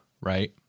right